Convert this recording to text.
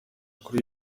kuri